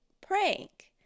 prank